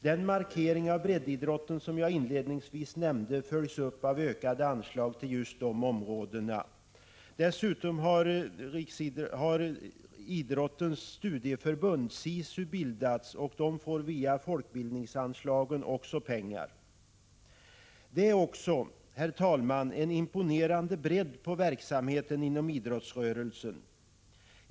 Den markering av breddidrotten som jag inledningsvis nämnde följs upp av ökade anslag till just dessa områden. Dessutom har Idrottens studieförbund, SISU, bildats, och det får också pengar via folkbildningsanslaget. Det är också, herr talman, en imponerande bredd på verksamheten inom idrottsrörelsen.